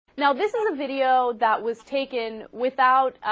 now this is a video that was takin without